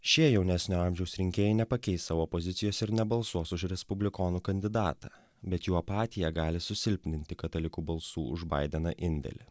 šie jaunesnio amžiaus rinkėjai nepakeis savo pozicijos ir nebalsuos už respublikonų kandidatą bet jų apatija gali susilpninti katalikų balsų už baideną indėlį